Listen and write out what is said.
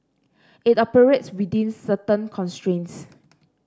it operates within certain constraints